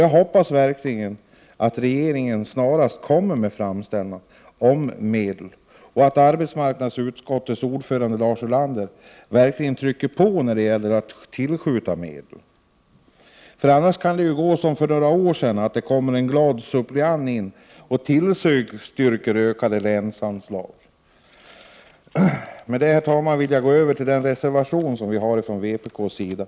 Jag hoppas att regeringen snarast kommer med en framställan om medel och att arbetsmarknadsutskottets ordförande Lars Ulander verkligen trycker på när det gäller att tillskjuta medel. Annars kan det gå som för några år sedan, när det kom in en glad suppleant och tillstyrkte ökade länsanslag. Med detta, herr talman, vill jag gå över till den reservation som vi har avgivit ifrån vpk:s sida.